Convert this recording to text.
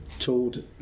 told